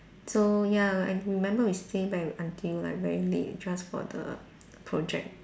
so ya I do remember we stay back until very late just for the project